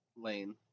lane